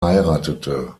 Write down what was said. heiratete